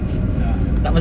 a'ah